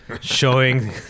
showing